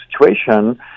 situation